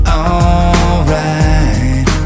alright